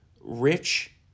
rich